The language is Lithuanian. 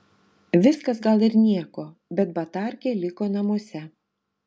viskas gal ir nieko bet batarkė liko namuose